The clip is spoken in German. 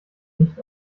nicht